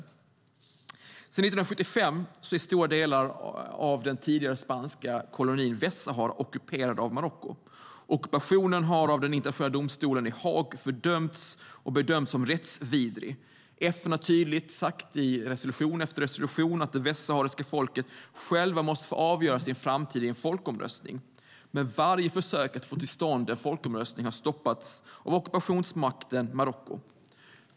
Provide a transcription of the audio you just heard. Sedan 1975 är stora delar av den tidigare spanska kolonin Västsahara ockuperad av Marocko. Ockupationen har av den internationella domstolen i Haag fördömts och bedömts vara rättsvidrig. FN har tydligt sagt i resolution efter resolution att det västsahariska folket självt måste få avgöra sin framtid i en folkomröstning. Men varje försök att få till stånd en folkomröstning har stoppats av ockupationsmakten Marocko.